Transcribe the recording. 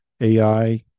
AI